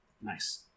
Nice